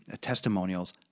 testimonials